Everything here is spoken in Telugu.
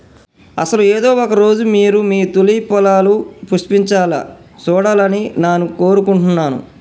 అసలు ఏదో ఒక రోజు మీరు మీ తూలిప్ పొలాలు పుష్పించాలా సూడాలని నాను కోరుకుంటున్నాను